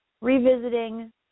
revisiting